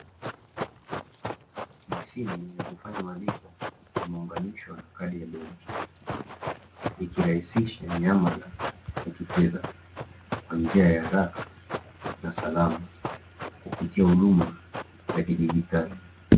Mashine ya kufanya malipo imeunganishwa na kadi ya benki, ikirahisisha miamala ya kifedha kwa njia ya haraka na salama kupitia huduma za kidigitali.